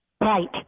Right